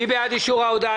מי בעד אישור ההודעה?